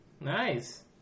Nice